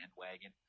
bandwagon